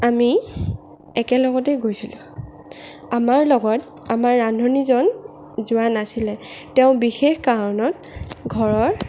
আমি একে লগতেই গৈছিলোঁ আমাৰ লগত আমাৰ ৰান্ধনীজন যোৱা নাছিলে তেওঁ বিশেষ কাৰণত ঘৰৰ